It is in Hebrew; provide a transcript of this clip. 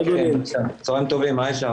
צוהריים טובים.